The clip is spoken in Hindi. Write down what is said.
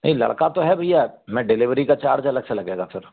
नहीं लड़का तो है भैया मैं डेलेवरी का चार्ज अलग से लगेगा फिर